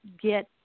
get